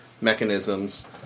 mechanisms